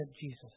Jesus